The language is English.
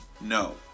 no